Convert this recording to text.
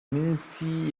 minsi